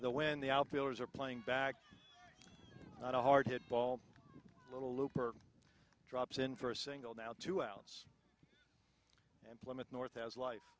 the wind the outfielders are playing back not a hard hit ball little looper drops in for a single now two outs and plymouth north has a life